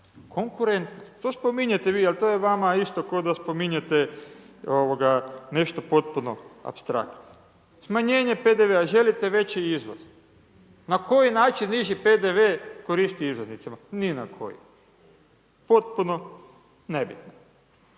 Konkurentnost. To spominjete vi, ali to je vama isto, ko da spominjete nešto potpuno apstraktno, smanjenje PDV-a, želite veći iznos. Na koji način viši PDV koristi izlaznicama, ni na koji. Potpuno nebitno.